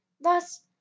thus